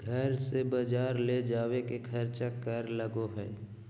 घर से बजार ले जावे के खर्चा कर लगो है?